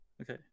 okay